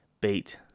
beat